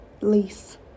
lease